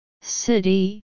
City